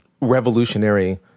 revolutionary